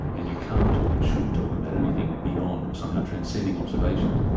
and you can't talk and shouldn't talk about anything beyond or somehow transcending observations.